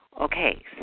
Okay